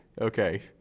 Okay